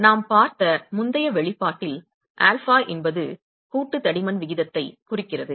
எனவே நாம் பார்த்த முந்தைய வெளிப்பாட்டில் α என்பது கூட்டு தடிமன் விகிதத்தைக் குறிக்கிறது